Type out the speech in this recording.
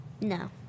No